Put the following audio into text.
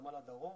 נמל הדרום,